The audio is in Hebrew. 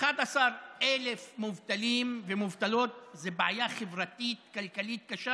11,000 מובטלים ומובטלות זו בעיה חברתית-כלכלית קשה,